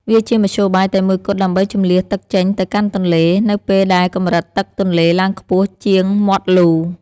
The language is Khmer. វាជាមធ្យោបាយតែមួយគត់ដើម្បីជម្លៀសទឹកចេញទៅកាន់ទន្លេ នៅពេលដែលកម្រិតទឹកទន្លេឡើងខ្ពស់ជាងមាត់លូ។